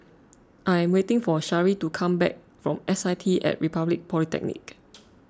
I am waiting for Shari to come back from S I T at Republic Polytechnic